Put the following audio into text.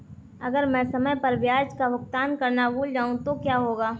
अगर मैं समय पर ब्याज का भुगतान करना भूल जाऊं तो क्या होगा?